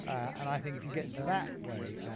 and i think if you get into that way,